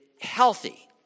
healthy